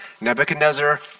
Nebuchadnezzar